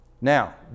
Now